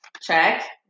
Check